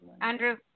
Andrew